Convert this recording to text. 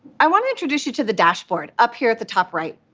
i want to introduce you to the dashboard, up here at the top right.